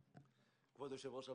כבוד יושב-ראש הוועדה,